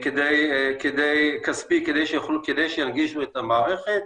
כספי כדי שינגישו את המערכת.